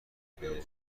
انرژی